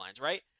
right